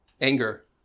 anger